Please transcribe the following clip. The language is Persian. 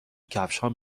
کفشهام